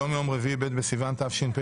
היום יום רביעי, ב' בסיוון התשפ"ב,